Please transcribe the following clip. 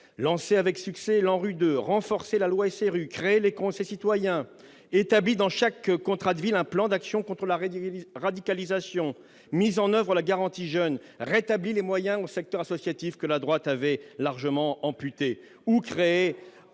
lancée avec succès l'ANRU de renforcer la loi SRU, créer les conseils citoyens établi dans chaque contrat de ville, un plan d'action contre l'arrêt de radicalisation mis en oeuvre la garantie jeunes rétabli les moyens au secteur associatif, que la droite avait largement amputé ou crée aussi le testing,